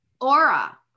aura